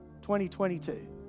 2022